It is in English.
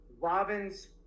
Robin's